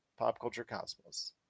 PopCultureCosmos